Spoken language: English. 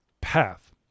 path